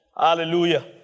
Hallelujah